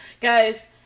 Guys